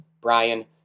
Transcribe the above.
Brian